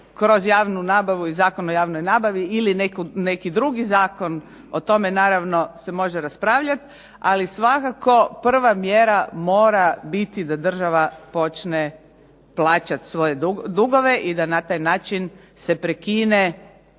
kroz javnu nabavu ili kroz Zakon o javnoj nabavi ili neki drugi zakon, o tome naravno se može raspravljati, ali svakako prva mjera mora biti da država počne plaćati svoje dugove i da na taj način se prekine